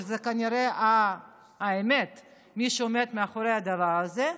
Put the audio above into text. וזו כנראה באמת מי שעומד מאחורי הדבר הזה,